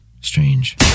Strange